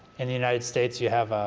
in the united states, you have